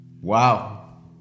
wow